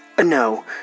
No